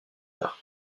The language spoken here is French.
tard